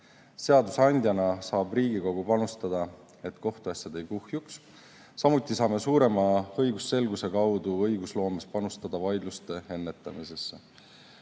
seadusandjana saab Riigikogu panustada, et kohtuasjad ei kuhjuks, samuti saame suurema õigusselguse kaudu õigusloomes panustada vaidluste ennetamisse.